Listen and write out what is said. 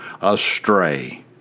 astray